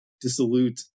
dissolute